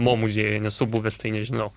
mo muziejuj nesu buvęs tai nežinau